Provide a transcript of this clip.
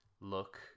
look